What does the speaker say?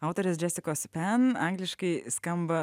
autorės džesikos pen angliškai skamba